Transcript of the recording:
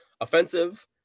offensive